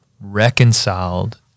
reconciled